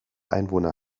einwohner